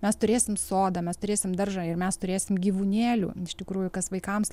mes turėsim sodą mes turėsim daržą ir mes turėsim gyvūnėlių iš tikrųjų kas vaikams